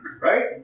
right